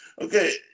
okay